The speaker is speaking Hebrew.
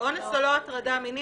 אונס זה לא הטרדה מינית.